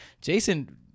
Jason